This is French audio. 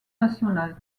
national